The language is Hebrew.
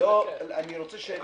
אני רוצה שנבין.